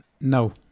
no